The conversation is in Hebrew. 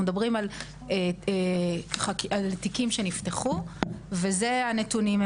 אנחנו מדברים על תיקים שנפתחו וזה הנתונים.